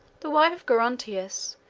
the wife of gerontius,